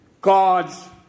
God's